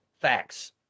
Facts